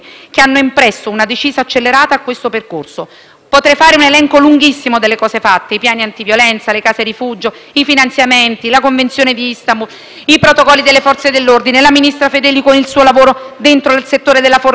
Potrei fare un elenco lunghissimo delle cose fatte: i piani antiviolenza, le case rifugio, i finanziamenti, la Convenzione di Istanbul, i protocolli delle Forze dell'ordine, il ministro Fedeli con il suo lavoro nel settore della formazione, le forze di polizia,